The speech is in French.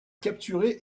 capturé